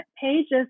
pages